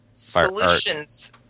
Solutions